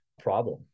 problem